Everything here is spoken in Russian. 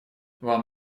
вам